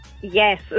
Yes